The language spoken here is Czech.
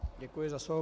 Děkuji za slovo.